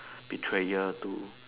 betrayer to